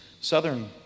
southern